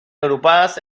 agrupadas